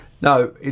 No